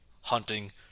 hunting